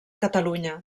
catalunya